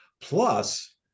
plus